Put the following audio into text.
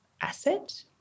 asset